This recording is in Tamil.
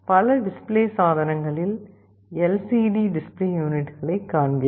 பல டிஸ்ப்ளே சாதனங்களில் எல்சிடி டிஸ்ப்ளே யூனிட்களைக் காண்கிறோம்